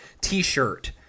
t-shirt